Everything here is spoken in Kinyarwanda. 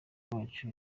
wacu